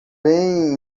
bem